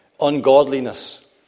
ungodliness